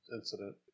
incident